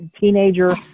teenager